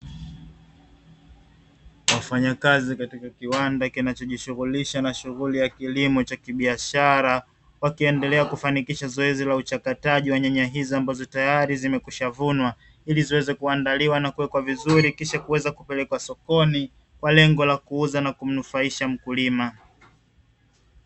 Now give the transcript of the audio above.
Wafanyakazi katika kiwanda kinachojishughulisha na shughuli ya kilimo cha kibiashara, wakiendelea kufanikisha zoezi la uchakataji wa nyanya hizi ambazo tayari zimekwishavunwa ili ziweze kuandaliwa na kuwekwa vizuri, kisha kuweza kupelekwa sokoni kwa lengo la kuuza na kumnufaisha mkulima.